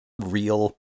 real